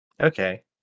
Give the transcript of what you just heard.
Okay